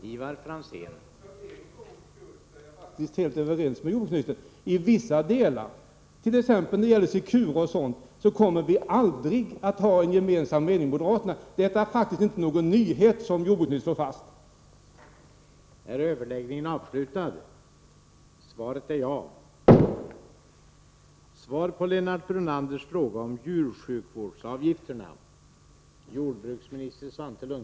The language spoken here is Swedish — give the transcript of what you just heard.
Herr talman! För en gångs skull är jag faktiskt helt överens med jordbruksministern. I vissa sammanhang — t.ex. när det gäller Secure — kommer vi aldrig att ha samma mening som moderaterna. Det är faktiskt inte någon nyhet som jordbruksministern kommer med.